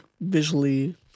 visually